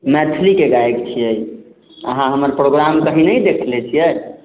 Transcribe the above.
मैथिली के गायक छियै अहाँ हमर प्रोग्राम कभी न देखने छियै